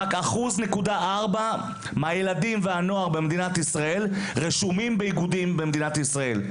רק 1.4% מהילדים והנוער במדינת ישראל רשומים באיגודים במדינת ישראל,